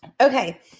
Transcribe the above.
Okay